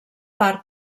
part